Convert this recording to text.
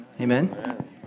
Amen